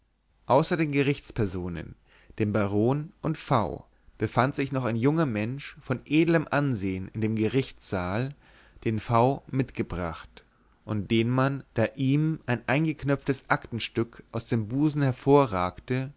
den gerichtspersonen dem baron und v befand sich noch ein junger mensch von edlem ansehn in dem gerichtssaal den v mitgebracht und den man da ihm ein eingeknöpftes aktenstück aus dem busen hervorragte